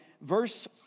verse